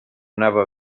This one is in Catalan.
anava